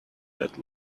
that